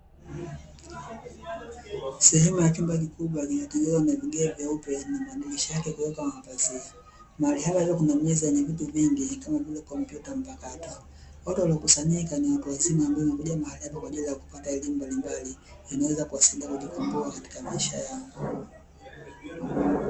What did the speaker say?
Sehemu ya chumba kikubwa yenye kutengeneza vigae vyeupe na madirisha yake kuwekwa mapazia mahali hapo kuna meza yenye vitu vingi kama vile kompyuta mpakato. watu wamekusanyika ni watu wazima ambao wamekuja kujifunza kwaajili ya kujikomboa katika maisha yao.